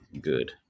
Good